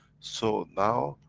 so now,